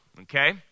okay